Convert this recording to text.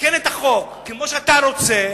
לתקן את החוק כמו שאתה רוצה,